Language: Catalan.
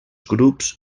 grups